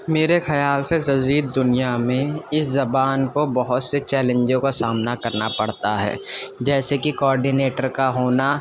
میرے خیال سے جدید دنیا میں اس زبان کو بہت سے چیلینجوں کا سامنا کرنا پڑتا ہے جیسے کہ کارڈینیٹر کا ہونا